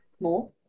more